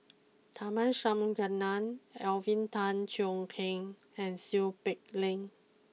Tharman Shanmugaratnam Alvin Tan Cheong Kheng and Seow Peck Leng